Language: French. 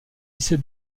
lycée